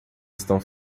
estão